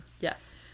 Yes